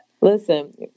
Listen